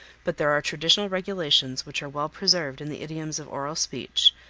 but there are traditional regulations which are well preserved in the idioms of oral speech,